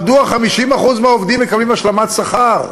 מדוע 50% מהעובדים מקבלים השלמת שכר?